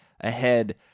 ahead